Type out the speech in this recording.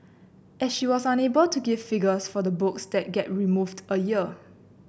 as she was unable to give figures for the books that get removed a year